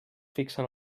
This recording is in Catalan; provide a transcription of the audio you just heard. fixen